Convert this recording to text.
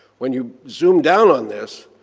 when you zoom down on this,